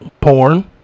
porn